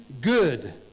good